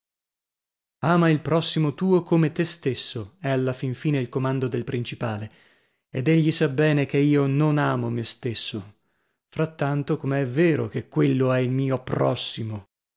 ama il prossimo tuo come te stesso è alla fin fine il comando del principale ed egli sa bene che io non amo me stesso frattanto come è vero che quello è il mio prossimo